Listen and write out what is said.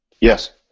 Yes